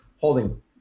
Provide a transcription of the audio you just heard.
holding